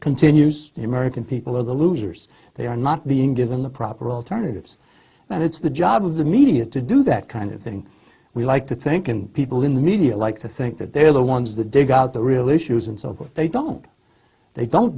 continues in american people are the losers they are not being given the proper alternatives and it's the job of the media to do that kind of thing we like to think and people in the media like to think that they're the ones the dig out the real issues and so they don't they don't